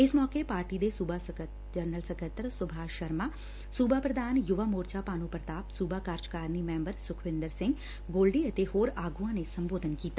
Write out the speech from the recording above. ਇਸ ਮੌਕੇ ਪਾਰਟੀ ਦੇ ਸੁਬਾ ਜਨਰਲ ਸਕੱਤਰ ਸੁਭਾਸ਼ ਸ਼ਰਮਾਂ ਸੁਬਾ ਪ੍ਰਧਾਨ ਯੁਵਾ ਮੋਰਚਾ ਭਾਨੂੰ ਪ੍ਰਤਾਪ ਸੂਬਾ ਕਾਰਜਕਾਰਨੀ ਮੈਂਬਰ ਸੁਖਵਿੰਦਰ ਸਿੰਘ ਗੋਲਡੀ ਅਤੇ ਹੋਰ ਆਗੂਆਂ ਨੇ ਸੰਬੋਧਨ ਕੀਤਾ